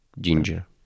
ginger